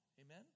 Amen